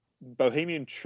Bohemian